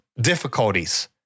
difficulties